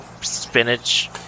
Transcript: spinach